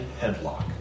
headlock